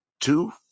two